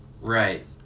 Right